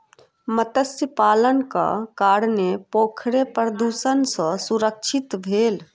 मत्स्य पालनक कारणेँ पोखैर प्रदुषण सॅ सुरक्षित भेल